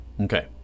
Okay